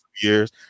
years